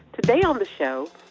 today on the show,